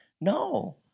No